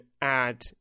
add